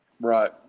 right